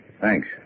Thanks